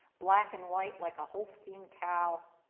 black and white like a holstein cow.